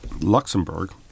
Luxembourg